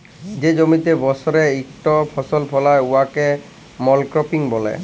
যে জমিতে বসরে ইকটই ফসল ফলাল হ্যয় উয়াকে মলক্রপিং ব্যলে